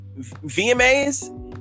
VMAs